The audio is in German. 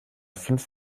fünf